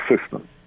system